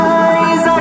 eyes